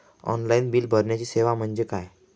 Online bill भरण्याची सेवा म्हणजे काय?